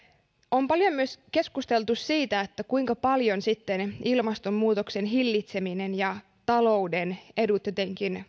on paljon myös keskusteltu siitä kuinka paljon ilmastonmuutoksen hillitseminen ja talouden edut jotenkin